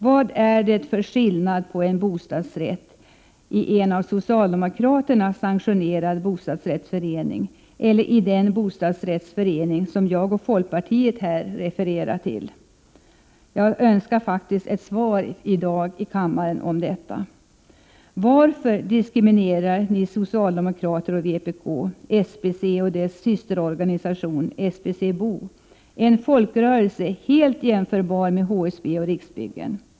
Vad är det för skillnad på en bostadsrätt i en av socialdemokraterna sanktionerad bostadsrättsförening och en bostadsrätt i den bostadsrättsförening som jag och folkpartiet här refererar till? Jag önskar faktiskt ett svar på den frågan här i kammaren i dag. Varför diskriminerar ni socialdemokrater och vpk SBC och dess systerorganisation SBC-BO, en folkrörelse helt jämförbar med HSB och Riksbyggen?